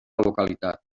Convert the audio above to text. localitat